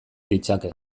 ditzake